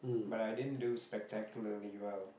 but i didn't do spectacularly well